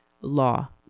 law